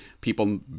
people